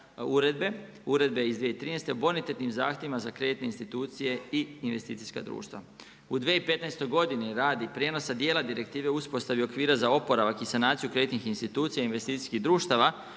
Uredbe iz 2013. o bonitetnim zahtjevima za kreditne institucije i investicijska društva. U 2015. godini radi prijenosa dijela direktive o uspostavi okvira za oporavak i sanaciju kreditnih institucija i investicijskih društava